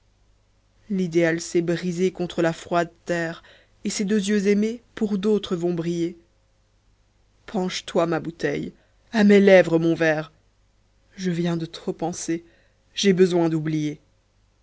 l'idéal s'est brisé contre la froide terre et ces deux yeux aimés pour d'autres vont briller penche toi ma bouteille à mes lèvres mon verre je viens de trop penser j'ai besoin d'oublier